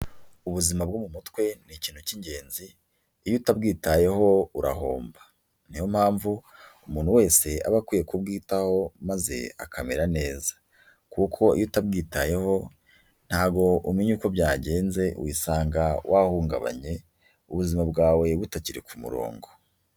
Ubuzima bwo mu mutwe ni ikintu cy'ingenzi, iyo utabwitayeho urahomba, ni yo mpamvu umuntu wese aba akwiye kubwitaho maze akamera neza, kuko iyo utabwitayeho ntabwo umenya uko byagenze, wisanga wahungabanye ubuzima bwawe butakiri ku murongo.